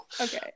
okay